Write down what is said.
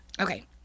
Okay